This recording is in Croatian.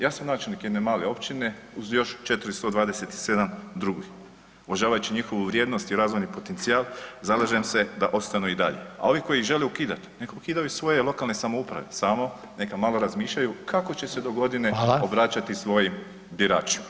Ja sam načelnik jedne male općine uz još 427 drugih, uvažavajući njihovu vrijednost i razvojni potencijal zalažem se da ostanu i dalje, a ovih koji ih žele ukidat, neka ukidaju svoje lokalne samouprave samo neka malo razmišljaju kako će se dogodine obraćati svojim biračima.